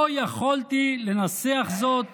לא יכולתי לנסח זאת